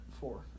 four